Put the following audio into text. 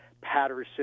Patterson